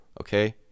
Okay